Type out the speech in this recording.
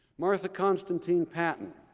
martha constantine-paton